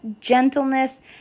gentleness